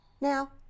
Now